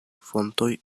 fontoj